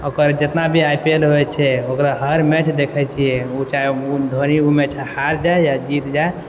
ओकर जितना भी आइ पी एल होइ छै ओकर हर मैच देखै छियै ओ चाहे भले ही ओ मैच हार जाइ या जीत जाइ